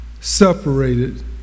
separated